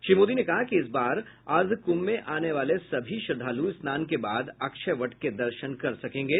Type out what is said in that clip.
श्री मोदी ने कहा कि इस बार अर्धक्भ में आने वाले सभी श्रद्वालू स्नान के बाद अक्षय वट के दर्शन कर सकेंगे